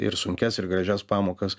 ir sunkias ir gražias pamokas